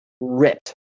ripped